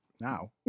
now